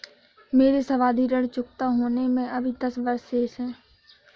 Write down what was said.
मेरे सावधि ऋण चुकता होने में अभी दस वर्ष शेष है